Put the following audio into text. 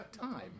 time